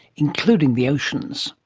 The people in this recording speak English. including the oceans.